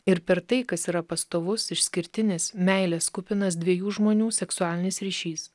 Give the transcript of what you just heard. ir per tai kas yra pastovus išskirtinis meilės kupinas dviejų žmonių seksualinis ryšys